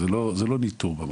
זה לא ניטור ממש,